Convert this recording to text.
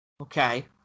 okay